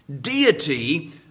deity